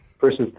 versus